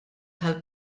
tal